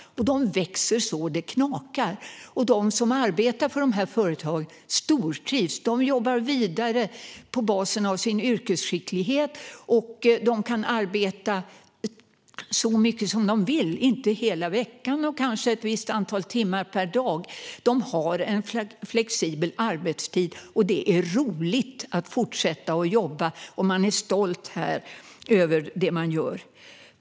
Dessa företag växer så det knakar, och de som arbetar där stortrivs. De jobbar vidare med sin yrkesskicklighet som bas och kan arbeta så mycket de vill, kanske inte hela veckan eller ett visst antal timmar per dag, utan de har flexibel arbetstid. De tycker att det är roligt att fortsätta att jobba, och de är stolta över det de gör.